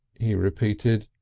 he repeated.